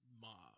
mob